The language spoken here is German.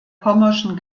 pommerschen